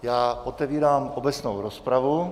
Já otevírám obecnou rozpravu.